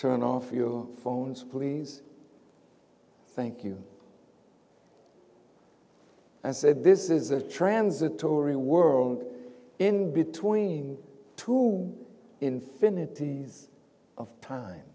turn off your phones please thank you and said this is a transitory world in between two infinities of time